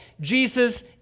Jesus